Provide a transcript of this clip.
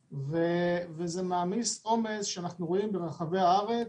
וזה מעמיס עומס שאנחנו רואים ברחבי הארץ,